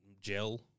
gel